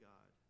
God